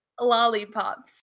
lollipops